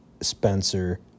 Spencer